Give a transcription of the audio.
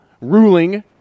ruling